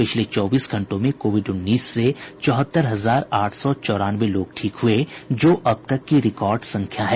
पिछले चौबीस घंटों में कोविड उन्नीस से चौहत्तर हजार आठ सौ चौरानवे लोग ठीक हुए जो अब तक की रिकॉर्ड संख्या है